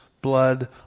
blood